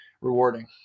rewarding